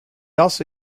also